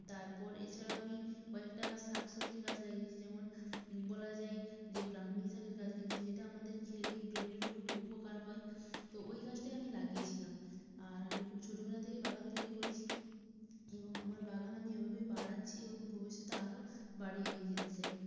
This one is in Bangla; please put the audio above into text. তারপর এছাড়াও আমি কয়েকটা শাক সবজি গাছ লাগিয়েছি যেমন বলা যায় যে ব্রাহ্মী শাকের গাছ লাগিয়েছি যেটা আমাদের খেলে ব্রেনেরও খুব উপকার হয় তো ওই গাছটাই আমি লাগিয়েছিলাম আর আমি খুব ছোটোবেলা থেকে বাগান তৈরি করেছি এবং আমার বাগান আমি এভাবেই বাড়াচ্ছি এবং ভবিষ্যতে আরও বাড়িয়ে নিয়ে যেতে চাই